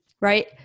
right